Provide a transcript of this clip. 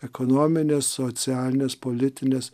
ekonominės socialinės politinės